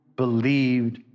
Believed